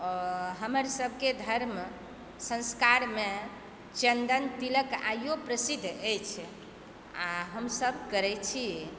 हमर सबके धर्म संस्कार मे चन्दन तिलक आइयो प्रसिद्ध अछि आ हमसब करै छी